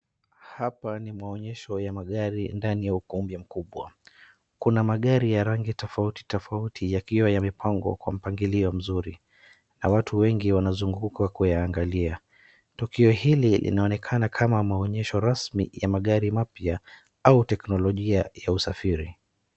Hapa ni maonyesho ya magari ndani ya ukumbi mkubwa. Kun amagari ya rangi tofauti tofauti yakiwa yamepangwa kwa mpangilio mzuri. Na watu wengi wanazunguka kuyaangalia. Tukio hili linaonekana kama maonyesho rasmi ya magari mapya au teknolojia ya usafiri.